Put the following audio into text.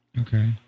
Okay